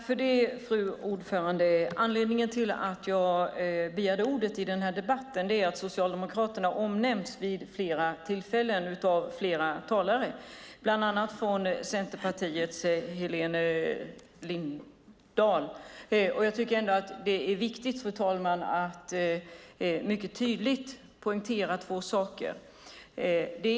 Fru talman! Anledningen till att jag begärde ordet i den här debatten är att Socialdemokraterna omnämndes vid flera tillfällen av flera talare, bland annat Centerpartiets Helena Lindahl. Jag tycker att det är viktigt att mycket tydligt poängtera två saker.